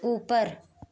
ऊपर